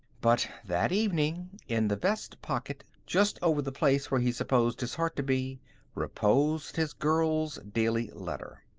but that evening, in the vest pocket just over the place where he supposed his heart to be reposed his girl's daily letter.